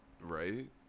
right